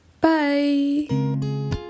Bye